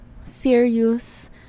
serious